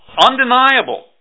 Undeniable